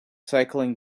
cycling